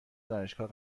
دانشگاه